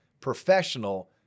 professional